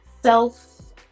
self